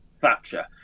Thatcher